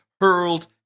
hurled